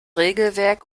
regelwerk